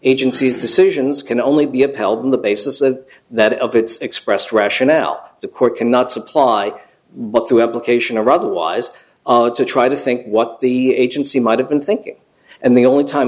agency's decisions can only be upheld on the basis of that of its expressed rationale the court cannot supply what the application or otherwise to try to think what the agency might have been thinking and the only time